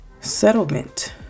Settlement